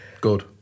Good